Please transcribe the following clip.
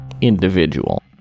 individual